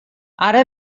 ara